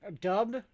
dubbed